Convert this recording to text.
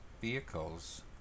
vehicles